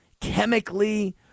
chemically